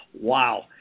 Wow